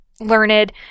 learned